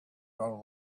grow